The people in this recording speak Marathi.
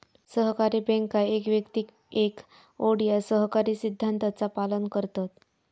सहकारी बँका एक व्यक्ती एक वोट या सहकारी सिद्धांताचा पालन करतत